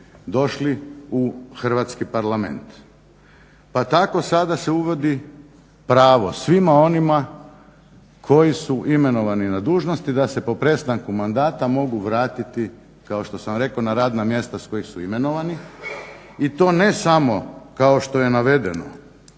došli u Hrvatski parlament. Pa tako sada se uvodi pravo svima onima koji su imenovani na dužnosti da se po prestanku mandata mogu vratiti kao što sam rekao na radna mjesta s kojih su imenovani i to ne samo kao što je navedeno